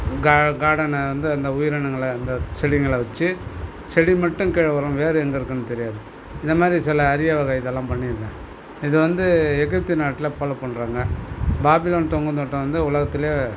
கா கார்டனை வந்து அந்த உயிரினங்களை அந்த செடிங்களை வச்சு செடி மட்டும் கீழே வரும் வேர் எங்கே இருக்கும்னு தெரியாது இந்தமாதிரி சில அரியவகைகள்லாம் பண்ணிருக்கேன் இது வந்து எகிப்து நாட்டில் ஃபாலோ பண்ணுறாங்க பாபிலோன் தொங்கும் தோட்டம் வந்து உலகத்துல